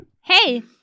hey